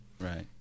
Right